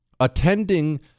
Attending